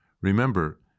Remember